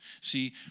See